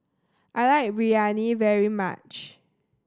I like Biryani very much